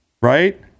right